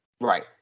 Right